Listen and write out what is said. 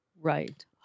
right